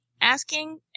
asking